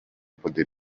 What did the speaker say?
poder